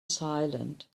silent